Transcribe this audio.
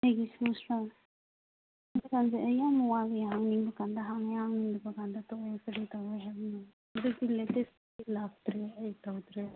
ꯑꯩꯒꯤ ꯁꯨꯁꯔꯥ ꯍꯧꯖꯤꯛꯀꯥꯟꯁꯦ ꯑꯩ ꯌꯥꯝ ꯍꯥꯡꯅꯤꯡꯕ ꯀꯥꯟꯗ ꯍꯥꯡꯉꯦ ꯍꯥꯡꯅꯤꯡꯗꯕ ꯀꯥꯟꯗ ꯇꯣꯛꯑꯦ ꯀꯔꯤ ꯇꯧꯋꯦ ꯍꯥꯏꯕꯅꯣ ꯍꯧꯖꯤꯛꯇꯤ ꯂꯦꯇꯦꯁꯇꯤ ꯂꯥꯛꯇ꯭ꯔꯦ ꯑꯩ ꯇꯧꯗ꯭ꯔꯦ